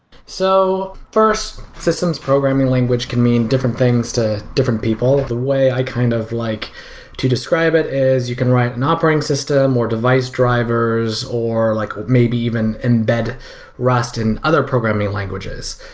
so first, systems programming language can mean different things to different people. the way i kind of like to describe it as you can write an operating system or device drivers or like maybe even embed rust in other programming languages.